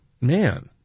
man